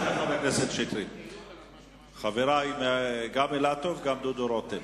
חברי אילטוב ודודו רותם.